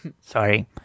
Sorry